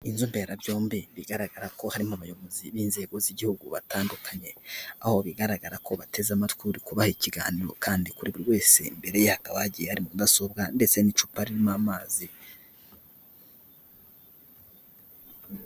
Inzu mberabyombi bigaragara ko harimo abayobozi b'inzego z'igihugu batandukanye, aho bigaragara ko bateze amatwi uri kubaha ikiganiro kandi kuri buri wese imbere ye hakaba hagiye hari mudasobwa ndetse n'icuparimo amazi.